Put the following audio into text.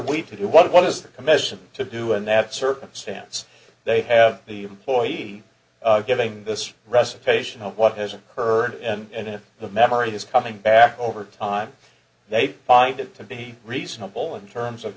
we to do what is the commission to do in that circumstance they have the employee giving this recitation of what has occurred and if the memory is coming back over time they pined it to be reasonable in terms of